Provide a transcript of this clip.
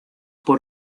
por